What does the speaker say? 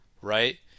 right